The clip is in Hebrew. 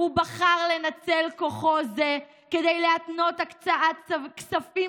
הוא בחר לנצל כוחו זה כדי להתנות הקצאת כספים